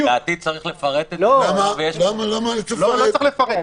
לא צריך לפרט.